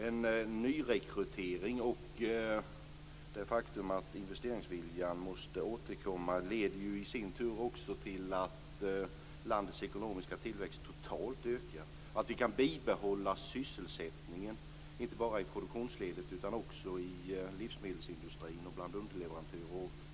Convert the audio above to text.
En nyrekrytering och det faktum att investeringsviljan måste återkomma leder i sin tur också till att landets ekonomiska tillväxt totalt ökar och till att vi kan bibehålla sysselsättningen inte bara i produktionsledet utan också i livsmedelsindustrin och bland underleverantörer.